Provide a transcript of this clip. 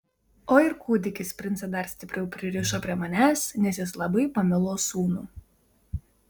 o ir kūdikis princą dar stipriau pririšo prie manęs nes jis labai pamilo sūnų